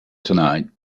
tonight